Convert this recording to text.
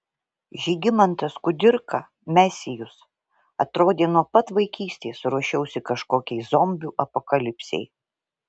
žygimantas kudirka mesijus atrodė nuo pat vaikystės ruošiausi kažkokiai zombių apokalipsei